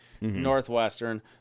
Northwestern